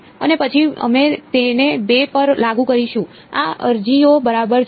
અને પછી અમે તેને બે પર લાગુ કરીશું આ અરજીઓ બરાબર છે